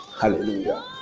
Hallelujah